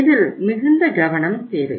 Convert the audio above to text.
இதில் மிகுந்த கவனம் தேவை